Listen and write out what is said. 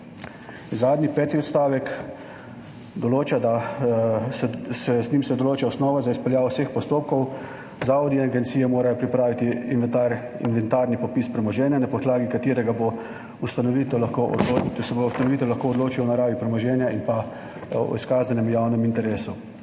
Zadnji, peti odstavek določa, da se z njim določa osnova za izpeljavo vseh postopkov. Zavodi, agencije morajo pripraviti inventarni popis premoženja, na podlagi katerega se bo ustanovitelj lahko odločil o naravi premoženja in pa o izkazanem javnem interesu.